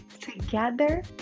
together